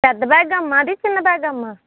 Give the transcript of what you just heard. పెద్ద బ్యాగ్ అమ్మ అది చిన్న బ్యాగ్ అమ్మ